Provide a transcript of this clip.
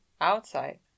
outside